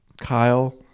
Kyle